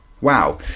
Wow